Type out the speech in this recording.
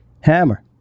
Hammer